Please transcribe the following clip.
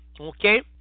Okay